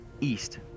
east